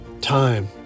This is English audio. Time